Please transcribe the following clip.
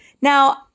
Now